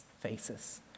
faces